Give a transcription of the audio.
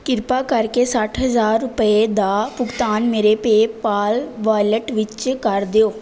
ਕਿਰਪਾ ਕਰਕੇ ਸੱਠ ਹਜ਼ਾਰ ਰੁਪਏ ਦਾ ਭੁਗਤਾਨ ਮੇਰੇ ਪੇਪਾਲ ਵਾਲਟ ਵਿੱਚ ਕਰ ਦਿਓ